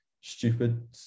stupid